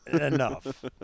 enough